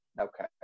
Okay